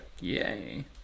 Yay